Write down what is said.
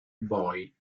boy